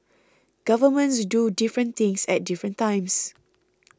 governments do different things at different times